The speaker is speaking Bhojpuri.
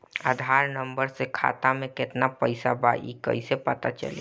आधार नंबर से खाता में केतना पईसा बा ई क्ईसे पता चलि?